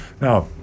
Now